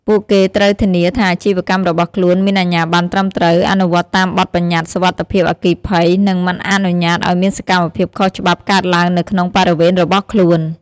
ពួកគេត្រូវធានាថាអាជីវកម្មរបស់ខ្លួនមានអាជ្ញាប័ណ្ណត្រឹមត្រូវ អនុវត្តតាមបទប្បញ្ញត្តិសុវត្ថិភាពអគ្គិភ័យ និងមិនអនុញ្ញាតឲ្យមានសកម្មភាពខុសច្បាប់កើតឡើងនៅក្នុងបរិវេណរបស់ខ្លួន។